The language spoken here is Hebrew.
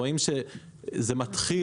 רואים שזה מתחיל